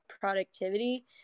productivity